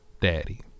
Daddy